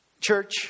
church